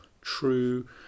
true